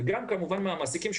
וגם כמובן מצד המעסיקים,